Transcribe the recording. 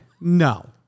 no